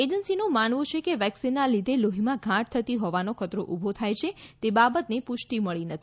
એજન્સીનું માનવું છે કે વેક્સીનનાં લીધે લોહીમાં ગાંઠ થતી હોવાનો ખતરો ઉભો થાય છે તે બાબતને પુષ્ટી મળી નથી